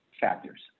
factors